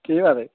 कि'यां आखदे